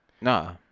Nah